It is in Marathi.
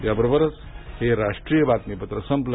याबरोबरच हे राष्ट्रीय बातमीपत्र संपलं